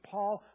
Paul